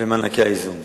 במענקי האיזון.